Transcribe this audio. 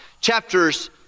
Chapters